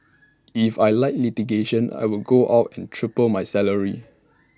if I liked litigation I would go out and triple my salary